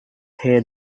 here